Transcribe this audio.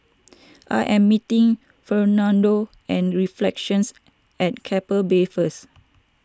I am meeting Fernando at Reflections at Keppel Bay first